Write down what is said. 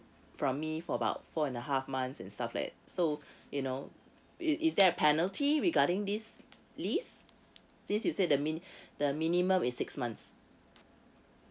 from me for about four and a half months and stuff like that so you know is is there a penalty regarding this lease since you said the min the minimum is six months